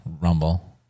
Rumble